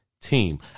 team